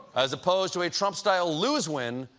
as opposed to a trump style lose-win,